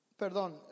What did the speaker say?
Perdón